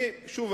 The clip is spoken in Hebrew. שוב,